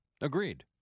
Agreed